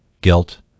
guilt